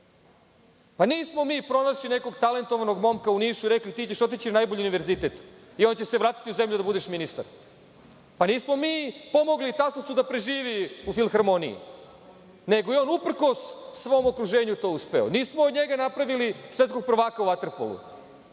Nismo mi pronašli nekog talentovanog momka u Nišu i rekli – ti ćeš otići na najbolji univerzitet i onda ćeš se vratiti u zemlju da joj budeš ministar. Nismo mi pomogli Tasovcu da preživi u filharmoniji, nego je on uprkos svom okruženju to uspeo. Nismo od njega napravili svetskog prvaka u veterpolu,